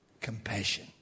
compassion